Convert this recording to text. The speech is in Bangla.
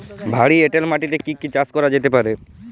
ভারী এঁটেল মাটিতে কি কি চাষ করা যেতে পারে?